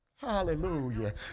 Hallelujah